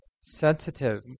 sensitive